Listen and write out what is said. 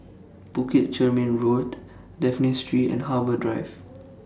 Bukit Chermin Road Dafne Street and Harbour Drive